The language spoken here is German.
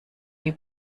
die